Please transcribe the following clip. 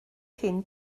cyn